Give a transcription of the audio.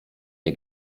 nie